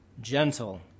gentle